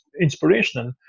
inspirational